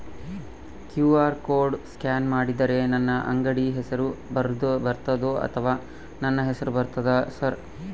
QR code scan ಮಾಡಿದರೆ ನನ್ನ ಅಂಗಡಿ ಹೆಸರು ಬರ್ತದೋ ಅಥವಾ ನನ್ನ ಹೆಸರು ಬರ್ತದ ಸರ್?